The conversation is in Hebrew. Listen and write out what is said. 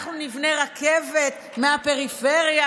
אנחנו נבנה רכבת מהפריפריה,